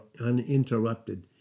uninterrupted